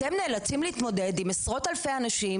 אתם נאלצים להתמודד עם עשרות אלפי אנשים,